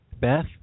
Beth